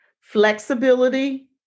flexibility